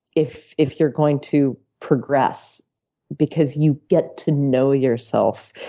if if you're going to progress because you get to know yourself.